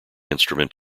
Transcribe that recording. instrument